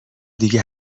دیگه